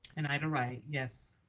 and ida wright, yes.